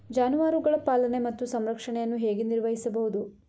ಜಾನುವಾರುಗಳ ಪಾಲನೆ ಮತ್ತು ಸಂರಕ್ಷಣೆಯನ್ನು ಹೇಗೆ ನಿರ್ವಹಿಸಬಹುದು?